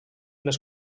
les